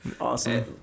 Awesome